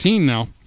now